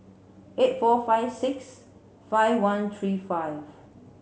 eight four five six five one three five